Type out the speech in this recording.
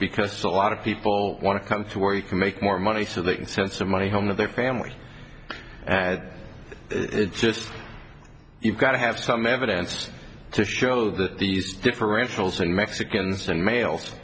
because a lot of people want to come to where you can make more money so they can send some money home to their family it's just you've got to have some evidence to show that these differentials in mexicans and males